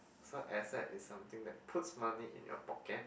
so asset is something that puts money in your pocket